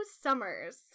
Summers